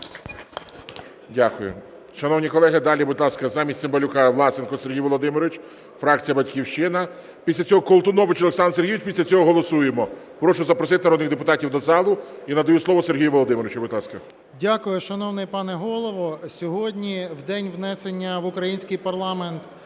Дякую. Шановні колеги, далі, будь ласка, замість Цимбалюка Власенко Сергій Володимирович, фракція "Батьківщина". Після цього Колтунович Олександр Сергійович. І після цього голосуємо. Прошу запросити народних депутатів до зали. І надаю слово Сергію Володимировичу. Будь ласка. 11:07:09 ВЛАСЕНКО С.В. Дякую, шановний пане Голово. Сьогодні в день внесення в український парламент